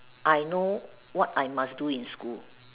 I know what I must do in school